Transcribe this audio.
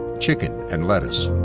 chicken, and lettuce.